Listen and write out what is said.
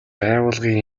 байгууллагын